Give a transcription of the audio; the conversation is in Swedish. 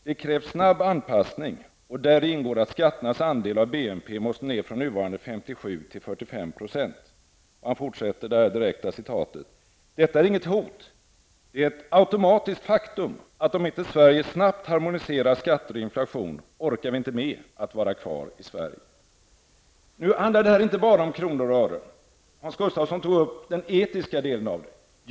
Det krävs snabb anpassning och däri ingår att skatternas andel av BNP måste ner från nuvarande 57 till 45 %-- Detta är inget hot. Det är ett automatiskt faktum att om inte Sverige snabbt harmoniserar skatter och inflation orkar vi inte med att vara kvar i Sverige. Nu handlar det inte bara om kronor och ören. Hans Gustafsson tog upp den etiska delen av detta.